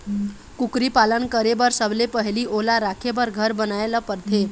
कुकरी पालन करे बर सबले पहिली ओला राखे बर घर बनाए ल परथे